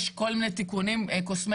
יש כל מיני תיקונים קוסמטיים